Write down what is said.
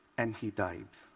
and he died.